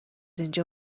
اینجا